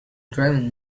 driving